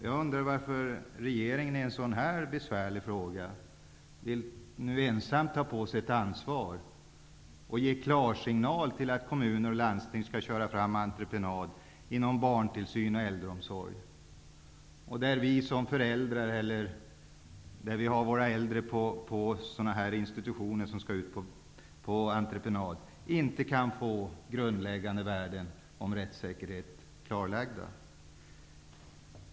Varför vill regeringen i en sådan här besvärlig fråga ensam ta på sig ett ansvar och ge klarsignal till kommuner och landsting att köra fram entreprenader inom barntillsyn och äldreomsorg, när vi som har våra äldre på institutioner som skall lämnas ut på entreprenad inte kan få grundläggande värden om rättssäkerhet klarlagda?